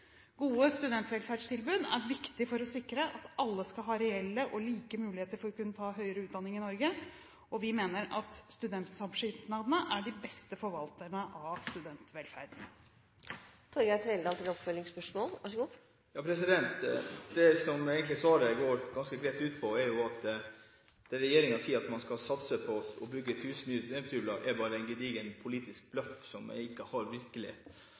Gode studentvelferdstilbud er viktig for å sikre alle reelle og like muligheter for å kunne ta høyere utdanning i Norge. Vi mener at studentsamskipnadene er de beste forvalterne av studentvelferden. Det som svaret egentlig ganske greit går ut på, er jo at det regjeringen sier – at man skal satse på å bygge 1 000 nye studenthybler – bare er en gedigen politisk bløff som ikke har